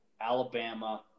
Alabama